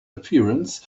appearance